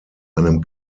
einem